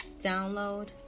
download